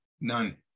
none